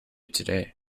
today